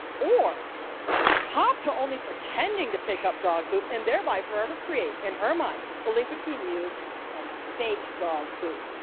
or cop to only pretending to pick up dog poop and thereby forever create in her mind a link between you and fake dog poop?